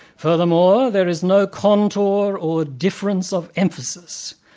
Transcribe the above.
furthermore, there is no contour or difference of emphasis,